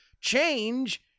change